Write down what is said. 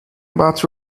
about